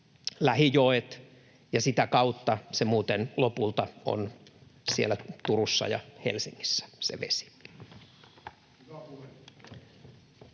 lähijoet, ja sitä kautta se vesi muuten lopulta on siellä Turussa ja Helsingissä.